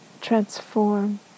Transform